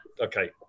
okay